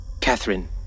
Catherine